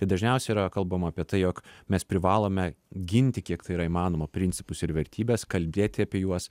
tai dažniausiai yra kalbama apie tai jog mes privalome ginti kiek tai yra įmanoma principus ir vertybes kalbėti apie juos